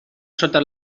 sota